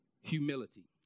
Humility